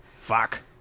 Fuck